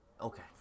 Okay